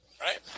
right